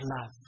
love